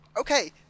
Okay